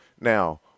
Now